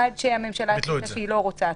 עד שהממשלה החליטה שהיא לא רוצה התראה.